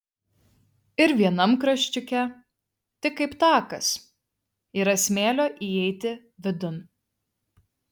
ir vienam kraščiuke tik kaip takas yra smėlio įeiti vidun